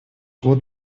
год